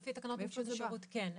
לפי תקנות נגישות השירות כן.